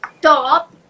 top